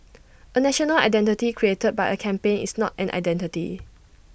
A national identity reated by A campaign is not an identity